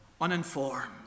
uninformed